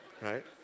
Right